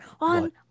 on